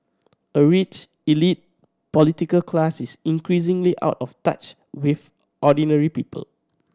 a rich elite political class is increasingly out of touch with ordinary people